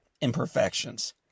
imperfections